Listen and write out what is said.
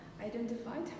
identified